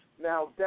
Now